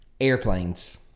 Airplanes